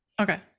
okay